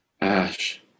ash